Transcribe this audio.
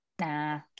Nah